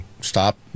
stop